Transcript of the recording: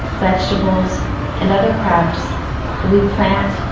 vegetables and other crops that we plant,